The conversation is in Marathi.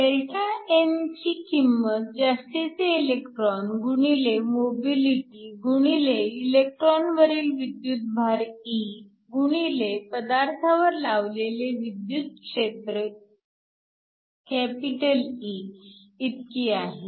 Δn ची किंमत जास्तीचे इलेक्ट्रॉन गुणिले मोबिलिटी गुणिले इलेकट्रॉनवरील विद्युतभार e गुणिले पदार्थावर लावलेले विद्युत क्षेत्र E इतकी आहे